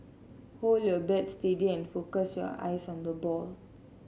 hold your bat steady and focus your eyes on the ball